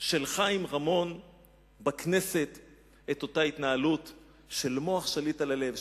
של חיים רמון בכנסת את אותה התנהלות של מוח השליט על הלב,